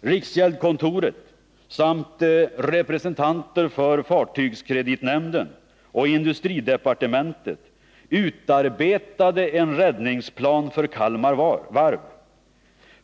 Riksgäldskontoret samt representanter för Fartygskreditnämnden och industridepartementet utarbetade en räddningsplan för Kalmar Varv.